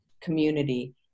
community